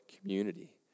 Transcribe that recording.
community